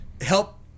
help